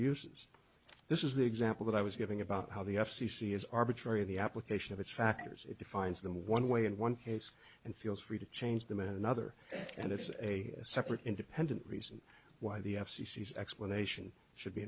uses this is the example that i was giving about how the f c c is arbitrary the application of its factors it defines them one way in one case and feels free to change them in another and it's a separate independent reason why the f c c is explanation should be